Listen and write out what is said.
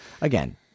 Again